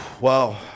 Wow